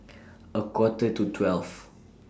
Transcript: A Quarter to twelve